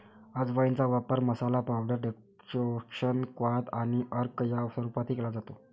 अजवाइनचा वापर masala, powder, decoction, क्वाथ आणि अर्क या स्वरूपातही केला जातो